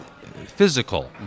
physical